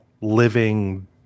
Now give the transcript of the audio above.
living